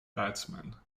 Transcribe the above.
batsman